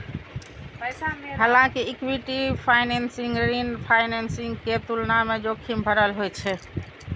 हालांकि equity financing ऋण financing के तुलना मे जोखिम भरल होइ छै